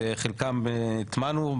וחלקם הטמענו,